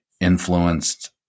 influenced